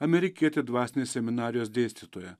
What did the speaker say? amerikietė dvasinės seminarijos dėstytoja